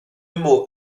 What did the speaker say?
mot